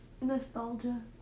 Nostalgia